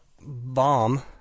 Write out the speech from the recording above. bomb